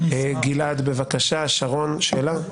שרון, שאלה?